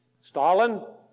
Stalin